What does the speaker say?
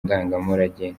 ndangamurage